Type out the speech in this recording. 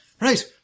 right